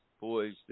boys